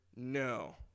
No